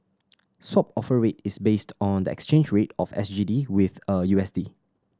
Swap Offer Rate is based on the exchange rate of S G D with a U S D